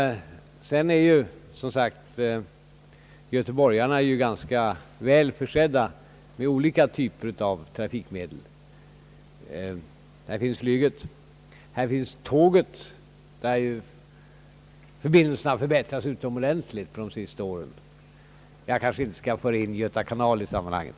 Sedan är som sagt göteborgarna mycket väl försedda med olika typer av trafikmedel. Här finns flyget, här finns tåget, där förbindelserna förbättrats utomordentligt på sista tiden. Jag kanske inte skall föra in Göta kanal i sammanhanget.